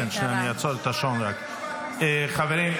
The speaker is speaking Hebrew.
חברים,